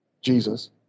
Jesus